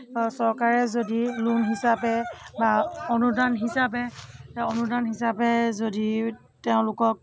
চৰকাৰে যদি লোন হিচাপে বা অনুদান হিচাপে অনুদান হিচাপে যদি তেওঁলোকক